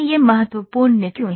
यह महत्वपूर्ण क्यों है